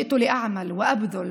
באתי לעבוד, להתאמץ,